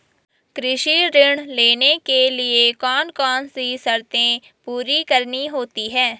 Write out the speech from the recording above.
कृषि ऋण लेने के लिए कौन कौन सी शर्तें पूरी करनी होती हैं?